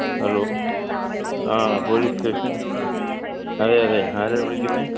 hello ആ police station അതെ അതെ ആരാണ് വിളിക്കുന്നത്